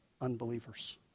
unbelievers